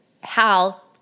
Hal